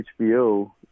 HBO